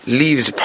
leaves